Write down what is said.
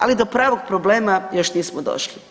Ali do pravog problema još nismo došli.